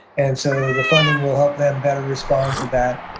and so the funding will help them better respond to that